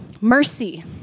mercy